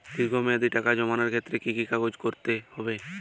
দীর্ঘ মেয়াদি টাকা জমানোর ক্ষেত্রে কি কি কাগজ জমা করতে হবে?